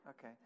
okay